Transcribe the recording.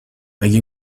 مگه